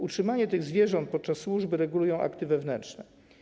Utrzymanie tych zwierząt podczas służby regulują akty wewnętrzne.